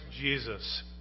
Jesus